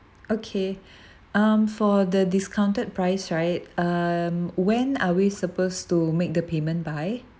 okay um for the discounted price right um when are we suppose to make the payment by